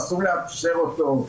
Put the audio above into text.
אסור לאפשר אותו.